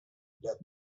death